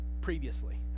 previously